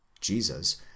Jesus